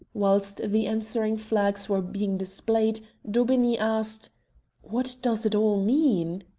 whilst the answering flags were being displayed daubeney asked what does it all mean?